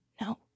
no